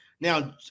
Now